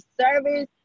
service